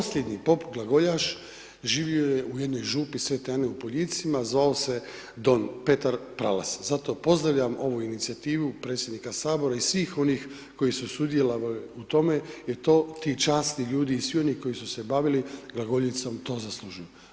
Posljednji pop glagoljaš živio je u jednoj župi Svete Ane u Poljicima, zvao se Don Petar Pralas, zato pozdravljam ovu inicijativu predsjednika Sabora i svih onih koji su sudjelovali u tome, jer to, ti časni ljudi i svi oni koji su se bavili glagoljicom, to zaslužuju.